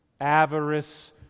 avarice